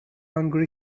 angry